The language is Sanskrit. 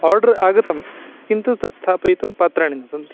आर्डर् आगतं किन्तु तद् स्थापयितुं पात्राणि न सन्ति